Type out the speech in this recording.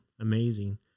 Amazing